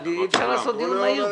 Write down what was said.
אי אפשר לעשות כאן דיון מהיר.